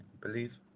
believe